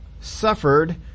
suffered